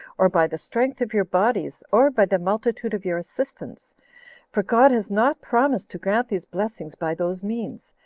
or by the strength of your bodies, or by the multitude of your assistants for god has not promised to grant these blessings by those means,